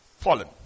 fallen